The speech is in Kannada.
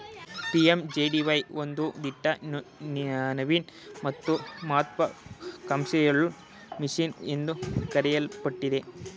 ಪಿ.ಎಂ.ಜೆ.ಡಿ.ವೈ ಒಂದು ದಿಟ್ಟ ನವೀನ ಮತ್ತು ಮಹತ್ವ ಕಾಂಕ್ಷೆಯುಳ್ಳ ಮಿಷನ್ ಎಂದು ಕರೆಯಲ್ಪಟ್ಟಿದೆ